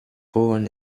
born